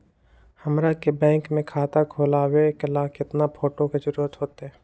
हमरा के बैंक में खाता खोलबाबे ला केतना फोटो के जरूरत होतई?